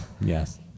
yes